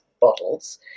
bottles